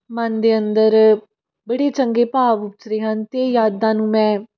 ਮਨ ਦੇ ਅੰਦਰ ਬੜੇ ਚੰਗੇ ਭਾਵ ਉਚਰੇ ਹਨ ਅਤੇ ਯਾਦਾਂ ਨੂੰ ਮੈਂ